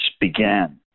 began